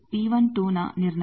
ನಂತರ T12 ನ ನಿರ್ಣಯ